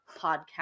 podcast